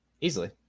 Easily